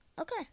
okay